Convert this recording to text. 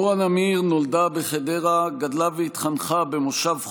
אורה נמיר נולדה בחדרה, גדלה והתחנכה במושב חוגלה,